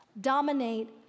dominate